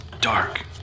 dark